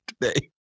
today